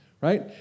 Right